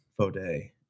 Foday